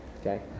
Okay